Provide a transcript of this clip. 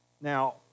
Now